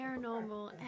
paranormal